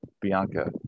Bianca